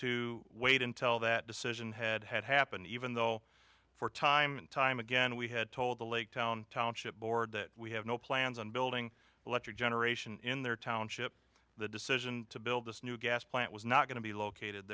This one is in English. to wait until that decision had had happened even though for time and time again we had told the lake township board that we have no plans on building electric generation in their township the decision to build this new gas plant was not going to be located